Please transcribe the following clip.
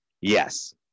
Yes